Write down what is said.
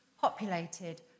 populated